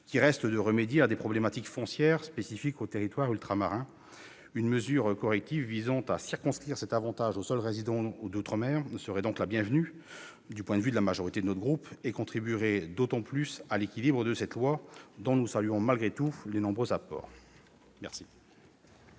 qui était de remédier à des problématiques foncières spécifiques aux territoires ultramarins. Une mesure corrective visant à circonscrire cet avantage aux seuls résidents outre-mer serait donc la bienvenue, du point de vue de la majorité de notre groupe, et contribuerait à l'équilibre d'un texte dont nous saluons, malgré tout, les nombreux apports. La